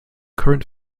current